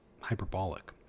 hyperbolic